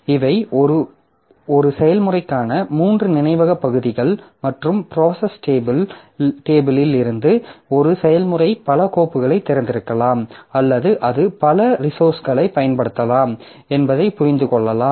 இவை ஒரு செயல்முறைக்கான மூன்று நினைவகப் பகுதிகள் மற்றும் ப்ராசஸ் டேபிளில் இருந்து ஒரு செயல்முறை பல கோப்புகளைத் திறந்திருக்கலாம் அல்லது அது பல ரிசோர்ஸ்களை பயன்படுத்தலாம் என்பதை புரிந்து கொள்ளலாம்